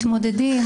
מתמודדים,